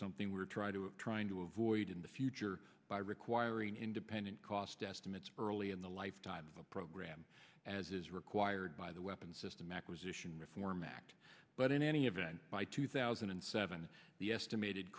something we're trying to trying to avoid in the future by requiring independent cost estimates early in the lifetime of a program as is required by the weapons system acquisition reform act but in any event by two thousand and seven the estimated